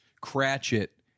Cratchit